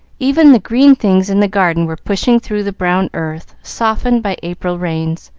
even the green things in the garden were pushing through the brown earth, softened by april rains,